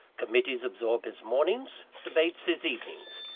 committees absorb his mornings debates his evenings.